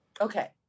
Okay